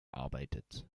arbeitet